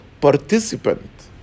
participant